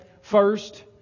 First